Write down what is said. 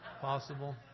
possible